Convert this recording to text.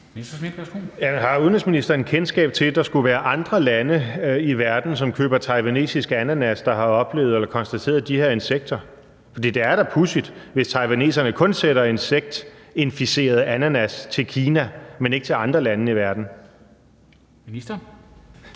Messerschmidt (DF): Har udenrigsministeren kendskab til, at der skulle være andre lande i verden, som køber taiwansk ananas, og som har oplevet eller konstateret de her insekter? For det er da pudsigt, hvis taiwanerne kun sender insektinficerede ananas til Kina, men ikke til andre lande i verden. Kl.